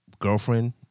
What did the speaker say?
girlfriend